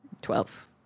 Twelve